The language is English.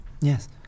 Yes